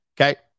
okay